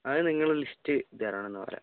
അതു നിങ്ങൾ ലിസ്റ്റ് തരുന്നതുപോലെ